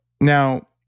Now